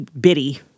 bitty